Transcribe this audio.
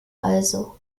also